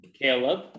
Caleb